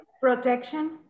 protection